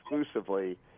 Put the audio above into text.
exclusively